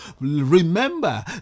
Remember